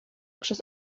przez